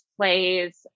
plays